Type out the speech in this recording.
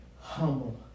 humble